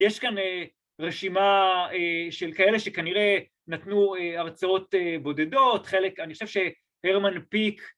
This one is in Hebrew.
‫יש כאן אה.. רשימה של כאלה ‫שכנראה נתנו אה.. הרצאות בודדות. ‫חלק... אני חושב שהרמן פיק...